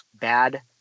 bad